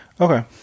okay